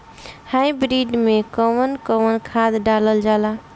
Hybrid में कउन कउन खाद डालल जाला?